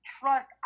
trust